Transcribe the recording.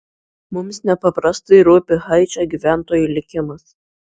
mums nepaprastai rūpi haičio gyventojų likimas